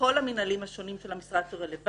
בכל המנהלים השונים של המשרד שרלוונטיים,